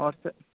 और सर